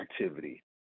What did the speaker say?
activity